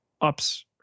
ups